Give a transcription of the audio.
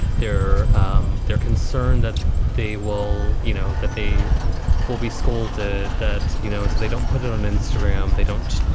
they're um they're concerned that they will you know, that they will be scolded. that, you know, and so they don't put it on instagram. they don't,